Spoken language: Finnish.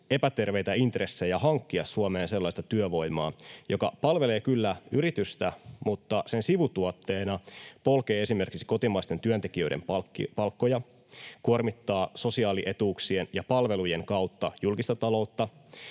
epäterveitä intressejä hankkia Suomeen sellaista työvoimaa, joka palvelee kyllä yritystä mutta sen sivutuotteena polkee esimerkiksi kotimaisten työntekijöiden palkkoja, kuormittaa sosiaalietuuksien ja palvelujen kautta julkista taloutta